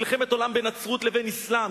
מלחמת עולם בין הנצרות לבין האסלאם,